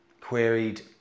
queried